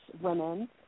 women